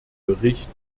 bericht